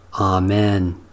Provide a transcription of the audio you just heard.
Amen